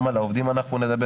גם על העובדים אנחנו נדבר.